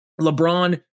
LeBron